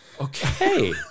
Okay